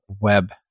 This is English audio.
web